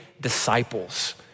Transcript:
disciples